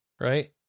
right